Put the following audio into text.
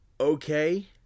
okay